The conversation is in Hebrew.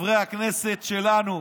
חברי הכנסת שלנו,